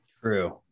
True